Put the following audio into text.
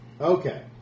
Okay